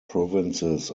provinces